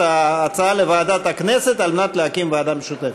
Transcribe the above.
ההצעה לוועדת הכנסת על מנת להקים ועדה משותפת.